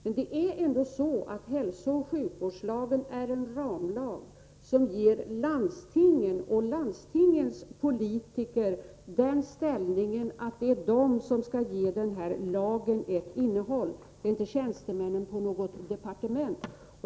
Men hälsooch sjukvårdslagen är ändå en ramlag, och det är landstingspolitikerna som skall ge lagen ett innehåll — inte tjänstemän på något departement.